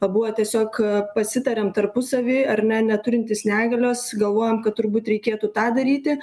buvo tiesiog pasitariam tarpusavy ar ne neturintys negalios galvojam kad turbūt reikėtų tą daryti